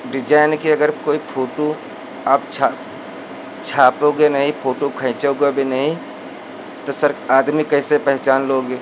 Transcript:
design की अगर कोई फोटू आप छापोगे नहीं फोटू खींचोगे भी नहीं तो सर आदमी कैसे पहचान लोगे